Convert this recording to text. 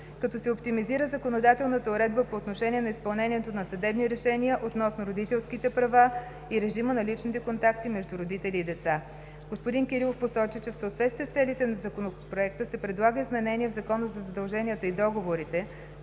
като се оптимизира законодателната уредба по отношение на изпълнението на съдебни решения относно родителските права и режима на личните контакти между родители и деца. Господин Кирилов посочи, че в съответствие с целите на Законопроекта се предлага изменение в Закона за задълженията и договорите,